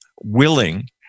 willing